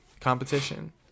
competition